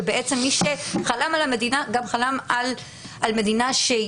שמי שחלם על המדינה גם חלם על מדינה שבה